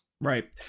Right